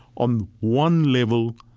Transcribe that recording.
on one level